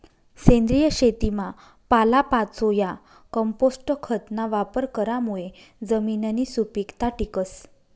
सेंद्रिय शेतीमा पालापाचोया, कंपोस्ट खतना वापर करामुये जमिननी सुपीकता टिकस